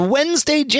Wednesday